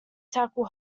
tackle